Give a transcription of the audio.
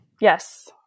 Yes